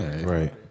right